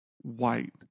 white